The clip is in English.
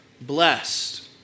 blessed